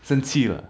生气啦